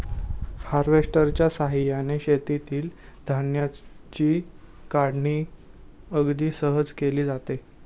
हार्वेस्टरच्या साहाय्याने शेतातील धान्याची काढणी अगदी सहज केली जाते